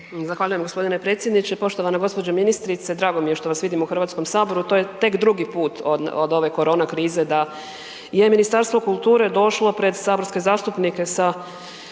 Zahvaljujem gospodine predsjedniče. Poštovana gospođo ministrice. Drago mi je što vas vidim u HS-u, to je tek drugi put od ove korona krize da je Ministarstvo kulture došlo pred saborske zastupnike sa